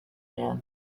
man